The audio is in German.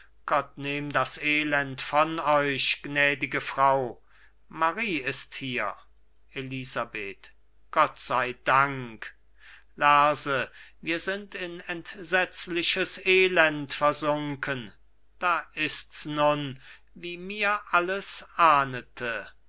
nehm das elend von euch gnädige frau marie ist hier elisabeth gott sei dank lerse wir sind in entsetzliches elend versunken da ist's nun wie mir alles ahnete